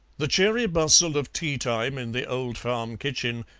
the cheery bustle of tea-time in the old farm kitchen,